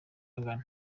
angana